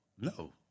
No